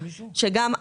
שגם,